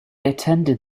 attended